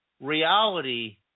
reality